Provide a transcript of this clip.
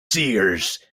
seers